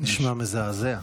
נשמע מזעזע.